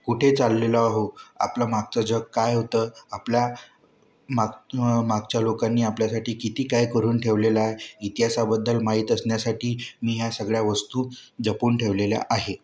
आपण कुठे चाललेलो आहो आपलं मागचं जग काय होतं आपल्या माग मागच्या लोकांनी आपल्यासाठी किती काय करून ठेवलेलं आहे इतिहासाबद्दल माहीत असण्यासाठी मी ह्या सगळ्या वस्तू जपून ठेवलेल्या आहे